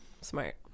Smart